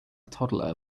toddler